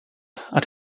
hat